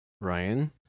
Ryan